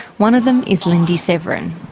one of them is lyndee severin.